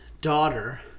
daughter